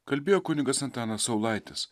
kalbėjo kunigas antanas saulaitis